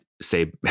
say